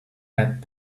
add